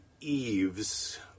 eaves